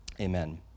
amen